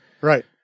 right